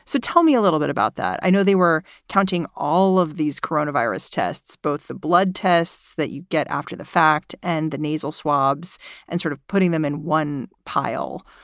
so tell me a little bit about that. i know they were counting all of these corona virus tests, both blood tests that you get after the fact and the nasal swabs and sort of putting them in one pile.